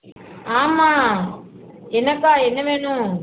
ஆமாம் என்னப்பா என்ன வேணும்